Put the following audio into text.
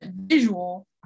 visual